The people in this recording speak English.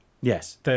Yes